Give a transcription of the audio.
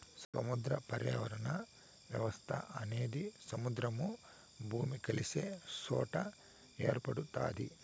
సముద్ర పర్యావరణ వ్యవస్థ అనేది సముద్రము, భూమి కలిసే సొట ఏర్పడుతాది